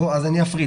אני אפריד.